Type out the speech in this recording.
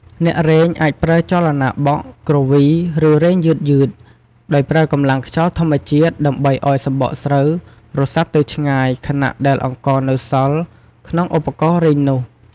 អ្នករែងអាចប្រើចលនាបក់ គ្រវី ឬរែងយឺតៗ ដោយប្រើកម្លាំងខ្យល់ធម្មជាតិដើម្បីឱ្យសម្បកស្រូវរសាត់ទៅឆ្ងាយ ខណៈដែលអង្ករនៅសល់ក្នុងឧបករណ៍រែងនោះ។